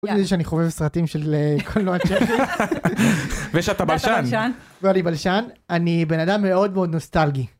חוץ מזה שאני חווה סרטים של קולנוע צ'כי ושאתה בלשן ואני בלשן אני בן אדם מאוד מאוד נוסטלגי.